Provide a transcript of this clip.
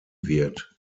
wird